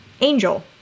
Angel